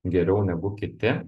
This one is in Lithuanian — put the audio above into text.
geriau negu kiti